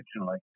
originally